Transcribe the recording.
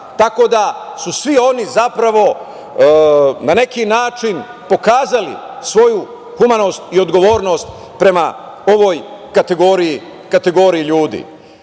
Tako da su svi oni zapravo na neki način pokazali svoju humanost i odgovornost prema ovoj kategoriji ljudi. Dakle,